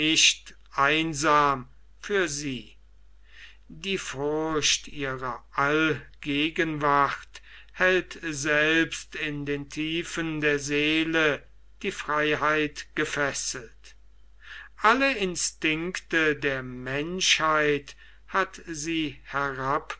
einsam für sie die furcht ihrer allgegenwart hält selbst in den tiefen der seele die freiheit gefesselt alle instinkte der menschheit hat sie